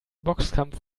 boxkampf